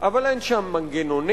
אבל אין שם מנגנונים